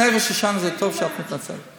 לפני ראש השנה טוב שאת מתנצלת.